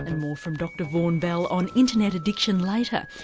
and more from dr vaughan bell on internet addiction later.